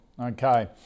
Okay